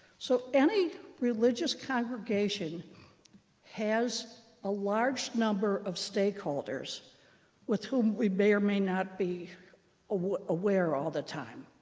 so any religious congregation has a large number of stakeholders with whom we may or may not be aware aware all the time.